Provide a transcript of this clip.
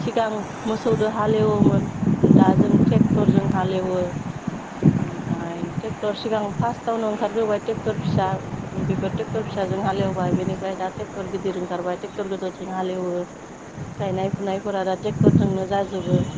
सिगां मोसौदो हालेवोमोन दा जों टेक्टरजों हालेवो ओमफ्राय ट्रेक्टर सिगां फार्स्टआवनो ओंखारग्रोबाय ट्रेक्टर फिसा बेफोर ट्रेक्टर फिसाजों हालेवबाय बेनिफ्राय दा ट्रेक्टर गिदिर ओंखारबाय ट्रेक्टर गोदोरजों हालेवो गायनाय फुनायफोरा दा टेक्टरजोंनो जाजोबो